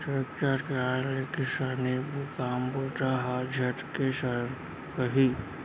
tractor के आय ले किसानी काम बूता ह झटके सरकही